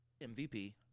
MVP